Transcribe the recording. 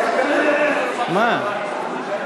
כפי שאמרתי,